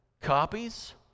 copies